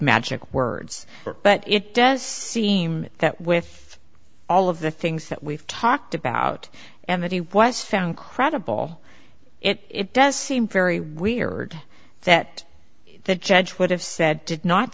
magic words but it does seem that with all of the things that we've talked about and that he was found credible it does seem very weird that the judge would have said did not